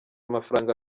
amafaranga